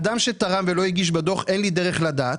אדם שתרם ולא הגיש בדוח אין לי דרך לדעת,